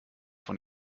von